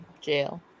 jail